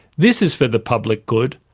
this is for the public good,